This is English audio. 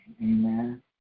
Amen